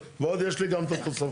ועוד יש לי גם את התוספות.